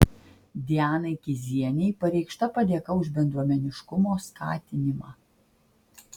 dianai kizienei pareikšta padėka už bendruomeniškumo skatinimą